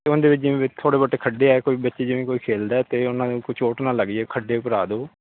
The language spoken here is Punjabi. ਅਤੇ ਉਹਦੇ ਵਿੱਚ ਜਿਵੇਂ ਵਿੱਚ ਥੋੜ੍ਹੇ ਬਹੁਤ ਖੱਡੇ ਹੈ ਕੋਈ ਵਿੱਚ ਜਿਵੇਂ ਕੋਈ ਖੇਡਦਾ ਤਾਂ ਉਹਨਾਂ ਨੇ ਕੋਈ ਚੋਟ ਨਾ ਲੱਗ ਜਾਵੇ ਖੱਡੇ ਭਰਵਾ ਦੇਵੋ